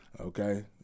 okay